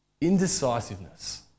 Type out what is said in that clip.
indecisiveness